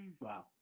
Wow